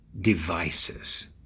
devices